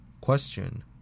Question